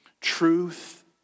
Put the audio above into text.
Truth